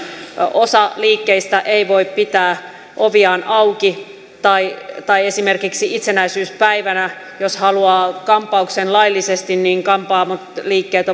osa liikkeistä ei voi pitää oviaan auki tai jos esimerkiksi itsenäisyyspäivänä haluaa kampauksen laillisesti niin kampaamoliikkeet